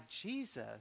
Jesus